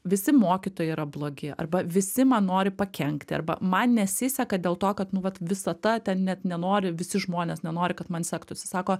visi mokytojai yra blogi arba visi man nori pakenkti arba man nesiseka dėl to kad nu vat visata ten net nenori visi žmonės nenori kad man sektųsi sako